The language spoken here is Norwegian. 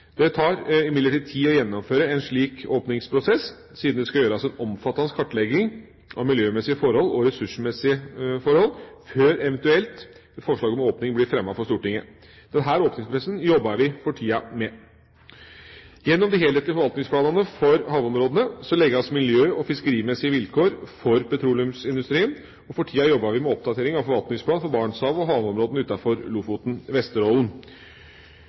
Det tar imidlertid tid å gjennomføre en slik åpningsprosess, siden det skal gjøres en omfattende kartlegging av miljømessige forhold og ressursmessige forhold før eventuelt forslag om åpning blir fremmet for Stortinget. Denne åpningsprosessen jobber vi for tida med. Gjennom de helhetlige forvaltningsplanene for havområdene legges miljø- og fiskerimessige vilkår for petroleumsindustrien. For tida jobber vi med oppdateringa av forvaltningsplanen for Barentshavet og havområdene